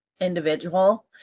individual